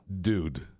Dude